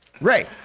Ray